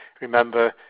remember